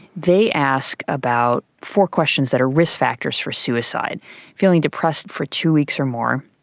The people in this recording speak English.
they ask about four questions that are risk factors for suicide feeling depressed for two weeks or more,